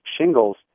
shingles